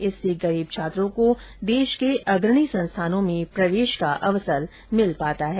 इससे गरीब छात्रों को देश के अग्रणी संस्थानों में प्रवेश का अवसर मिलता है